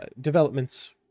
developments